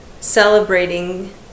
celebrating